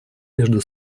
между